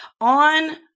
on